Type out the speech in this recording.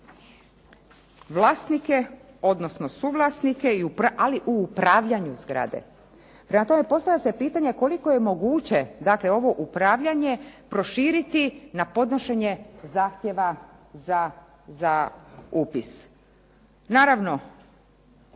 vlasnike, odnosno suvlasnike, ali u upravljanju zgrade. Prema tome, postavlja se pitanje koliko je moguće, dakle ovo upravljanje proširiti na podnošenje zahtjeva za upis.